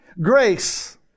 grace